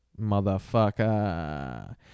motherfucker